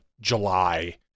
July